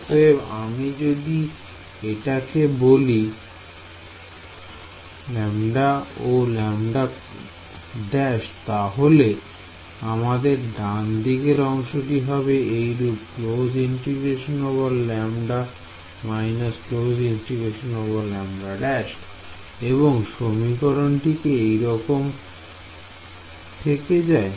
অতএব আমি যদি এটাকে বলি Γ ও Γ′ তাহলে আমাদের ডান দিকের অংশটি এই রূপ এবং সমীকরণটি একই রকম থেকে যায়